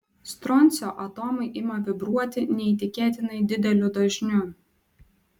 stroncio atomai ima vibruoti neįtikėtinai dideliu dažniu